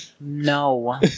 No